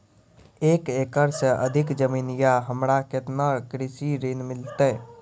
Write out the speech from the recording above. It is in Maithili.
एक एकरऽ से अधिक जमीन या हमरा केतना कृषि ऋण मिलते?